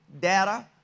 data